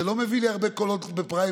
זה לא מביא לי הרבה קולות בפריימריז,